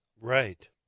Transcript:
Right